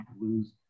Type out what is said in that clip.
lose